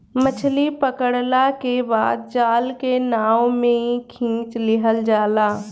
मछली पकड़ला के बाद जाल के नाव में खिंच लिहल जाला